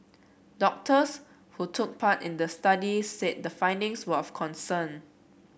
doctors who took part in the study said the findings were of concern